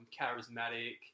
charismatic